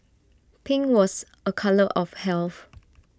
pink was A colour of health